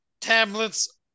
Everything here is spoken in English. tablets